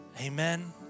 Amen